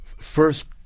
first